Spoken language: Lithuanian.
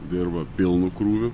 dirba pilnu krūviu